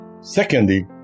Secondly